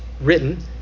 written